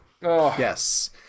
Yes